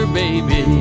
baby